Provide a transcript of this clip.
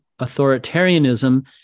authoritarianism